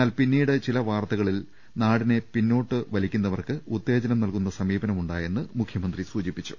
എന്നാൽ പിന്നീട് ചില വാർത്തകളിൽ നാടിനെ പിന്നോട്ട് വലിക്കുന്നവർക്ക് ഉത്തേജനം നൽകുന്ന സമീപനം ഉണ്ടായെന്ന് മുഖ്യ മന്ത്രി സൂചിപ്പിച്ചു